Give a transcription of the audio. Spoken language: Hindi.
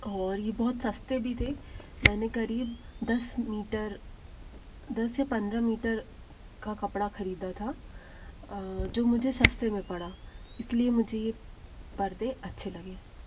और ये बहुत सस्ते भी थे मैंने करीब दस मीटर दस से पंद्रह मीटर का कपड़ा खरीदा था जो मुझे सस्ते में पड़ा इसलिए मुझे ये पर्दे अच्छे लगे